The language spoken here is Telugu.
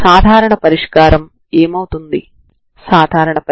ఇక్కడ ఉంది సరేనా